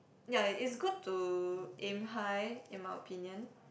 ya it's good to aim high in my opinion